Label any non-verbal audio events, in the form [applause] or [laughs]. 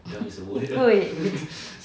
[laughs]